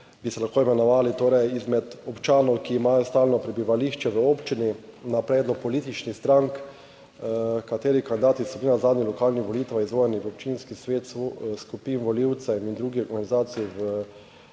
bi se lahko imenovali torej izmed občanov, ki imajo stalno prebivališče v občini na predlog političnih strank, katerih kandidati so bili na zadnjih lokalnih volitvah izvoljeni v občinski svet, skupin volivcev in drugih organizacij občanov